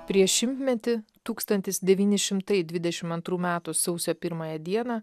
prieš šimtmetį tūkstantis devyni šimtai dvidešim antrų metų sausio pirmąją dieną